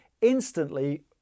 instantly